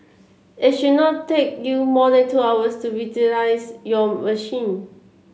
it should not take you more than two hours to revitalise your machine